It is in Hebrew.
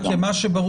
כי מה שברור,